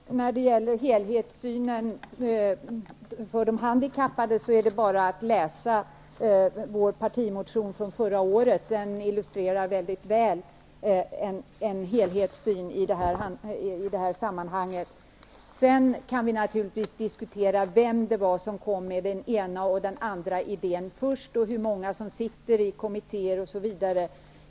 Fru talman! När det gäller helhetssynen i handikappolitiken är det bara att läsa vår partimotion från förra året. Den illustrerar väldigt väl en helhetssyn i detta sammanhang. Sedan kan vi naturligtvis diskutera vem det var som kom med den ena och den andra idén först och hur många som sitter i kommittéer osv.